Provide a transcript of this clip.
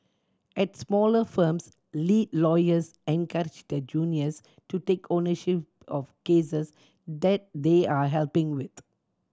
at smaller firms lead lawyers encourage their juniors to take ownership of cases that they are helping with